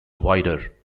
wider